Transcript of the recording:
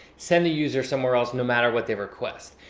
send the user somewhere else no matter what they request.